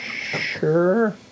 Sure